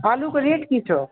आलूके रेट की छऽ